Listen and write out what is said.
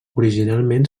originalment